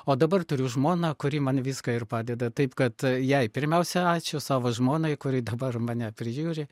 o dabar turiu žmoną kuri man viską ir padeda taip kad jai pirmiausia ačiū savo žmonai kuri dabar mane prižiūri